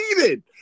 heated